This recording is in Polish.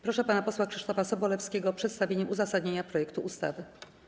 Proszę pana posła Krzysztofa Sobolewskiego o przedstawienie uzasadnienia projektu ustawy.